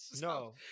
No